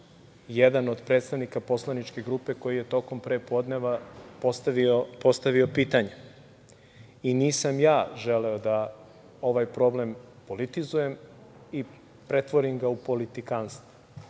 jedan od predstavnika poslaničke grupe koji je tokom pre podneva postavio pitanje i nisam ja želeo da ovaj problem politizujem i pretvorim ga u politikanstvo,